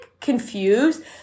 confused